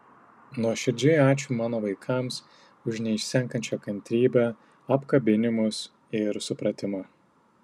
nuoširdžiai ačiū mano vaikams už neišsenkančią kantrybę apkabinimus ir supratimą